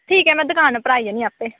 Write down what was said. ठीक ऐ में दुकान उप्पर आई जन्नी आं आपें